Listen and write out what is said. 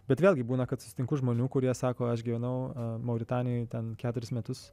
bet vėlgi būna kad susitinku žmonių kurie sako aš gyvenau mauritanijoje ten keturis metus